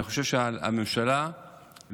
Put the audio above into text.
אני חושב שעל הממשלה לדאוג